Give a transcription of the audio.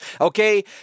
Okay